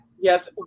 Yes